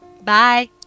Bye